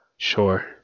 Sure